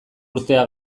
urtea